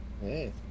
hey